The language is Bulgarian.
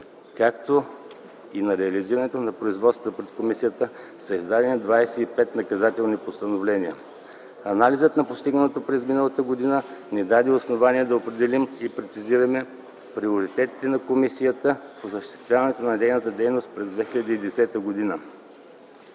както и на реализирането на производство пред комисията, са издадени 25 наказателни постановления. Анализът на постигнатото през миналата година ни даде основание да определим и прецизираме приоритетите на комисията в осъществяването на нейната дейност през 2010 г.: